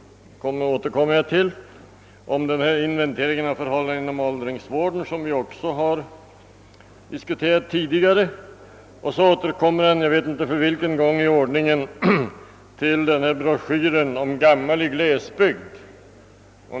— det återkommer jag till — och om inventeringen av förhållandena inom åldringsvården, som vi också har diskuterat tidigare. Så återkommer han — jag vet inte för vilken gång i ordningen — till broschyren »Gammal i glesbygd».